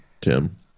Tim